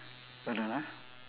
hold on ah